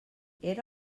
era